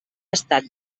estat